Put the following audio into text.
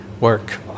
work